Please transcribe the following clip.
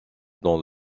dans